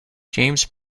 james